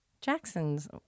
Jackson's